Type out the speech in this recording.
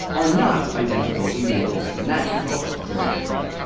are not identical even a little bit. and that is also a very great point.